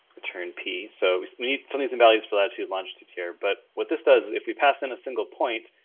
return p. so we need some of these and values for latitude longitude here, but what this does, if we pass in a single point,